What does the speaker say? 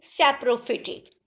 saprophytic